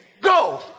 go